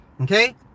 Okay